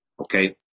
Okay